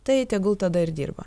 tai tegul tada ir dirba